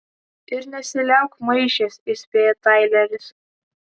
ir nesiliauk maišęs įspėja taileris